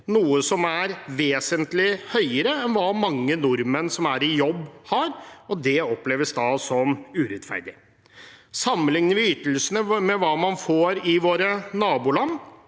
noe som er vesentlig høyere enn hva mange nordmenn som er i jobb, har – oppleves det som urettferdig. Sammenligner vi ytelsene med hva man får i våre naboland,